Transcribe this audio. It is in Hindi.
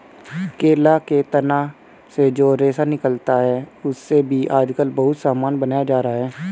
केला के तना से जो रेशा निकलता है, उससे भी आजकल बहुत सामान बनाया जा रहा है